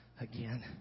again